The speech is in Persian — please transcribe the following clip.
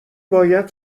باید